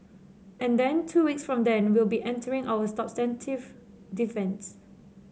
and then two weeks from then we'll be entering our substantive defence